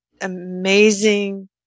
amazing